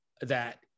that-